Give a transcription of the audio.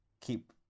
keep